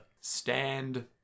Stand